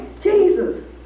Jesus